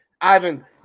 Ivan